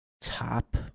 top